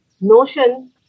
notion